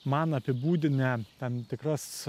man apibūdinę tam tikras